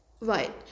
right